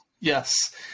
Yes